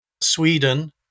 Sweden